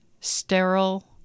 Sterile